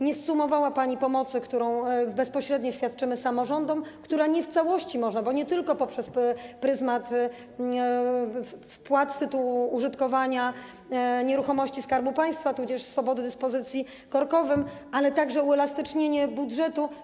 Nie zsumowała pani pomocy, którą bezpośrednio świadczymy samorządom, która nie w całości może, bo nie tylko poprzez pryzmat wpłat z tytułu użytkowania nieruchomości Skarbu Państwa, tudzież swobody dyspozycji korkowym, ale także uelastycznienia budżetu.